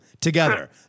Together